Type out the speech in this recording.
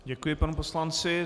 Děkuji panu poslanci.